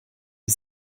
die